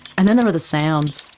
and then there were the sounds,